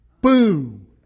boom